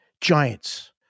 giants